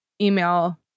email